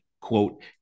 quote